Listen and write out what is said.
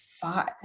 five